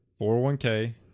401k